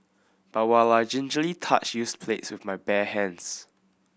but while I gingerly touched used plates with my bare hands